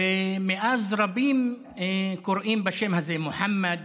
ומאז רבים קוראים בשם הזה: מוחמד,